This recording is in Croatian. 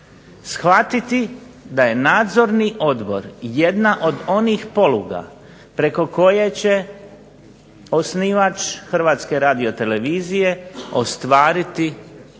shvatiti da je Nadzorni odbor jedna od onih poluga preko koje će osnivač Hrvatske radiotelevizije ostvariti